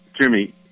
Jimmy